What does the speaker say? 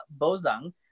Bozang